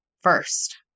first